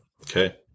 Okay